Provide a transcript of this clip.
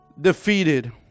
defeated